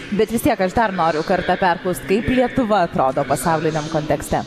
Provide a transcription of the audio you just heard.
bet vis tiek aš dar noriu kartą perklaust kaip lietuva atrodo pasauliniam kontekste